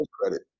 credit